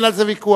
אין על זה ויכוח.